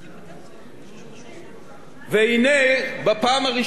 והנה, בפעם הראשונה, תקדים עולמי.